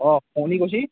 অ কোনি কৈছে